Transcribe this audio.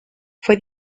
fue